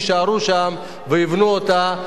יישארו שם ויבנו אותה.